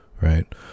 right